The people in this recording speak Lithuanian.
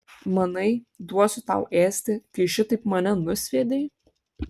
manai duosiu tau ėsti kai šitaip mane nusviedei